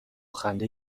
خنده